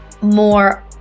more